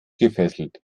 gefesselt